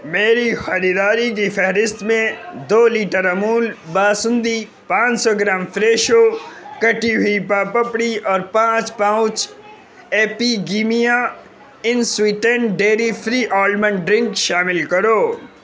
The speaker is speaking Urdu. میری خریداری کی فہرست میں دو لیٹر امول باسندی، پانچ سو گرام فریشو کٹی ہوئی پاپڑی اور پانچ pouch Epigamia unsweetened dairy free almond drink شامل کرو